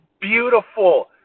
beautiful